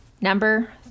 Number